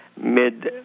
mid